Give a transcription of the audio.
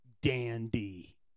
dandy